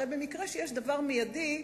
הרי במקרה שיש דבר מיידי,